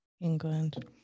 england